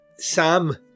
Sam